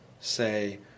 say